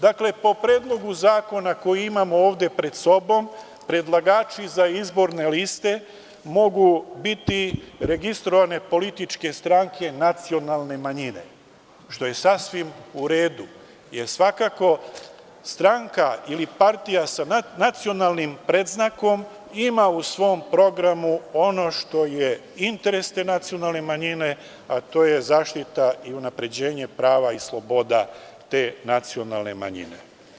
Dakle, po Predlogu zakona koji imamo ovde pred sobom, predlagači za izborne liste mogu biti registrovane političke stranke nacionalne manjine, što je sasvim u redu, jer svakako stranka ili partija sa nacionalnim predznakom ima u svom programu ono što je interes te nacionalne manjine, a to je zaštita i unapređenje prava i sloboda te nacionalne manjine.